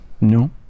No